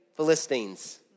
Philistines